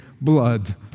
blood